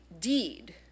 deed